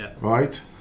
right